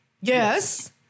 Yes